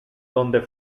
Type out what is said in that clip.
donde